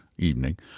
evening